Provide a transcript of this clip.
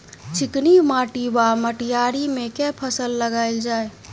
चिकनी माटि वा मटीयारी मे केँ फसल लगाएल जाए?